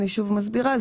אני שוב מסבירה,